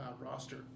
roster